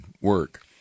work